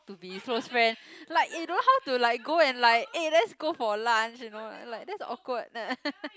to be close friend like you know how to like go and like eh let's go for lunch you know like that's awkward